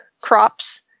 crops